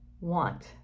want